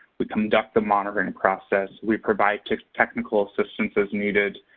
we conduct the monitoring process, we provide technical assistance as needed,